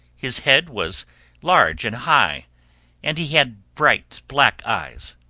his head was large and high and he had bright black eyes.